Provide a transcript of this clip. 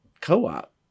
co-op